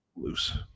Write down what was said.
loose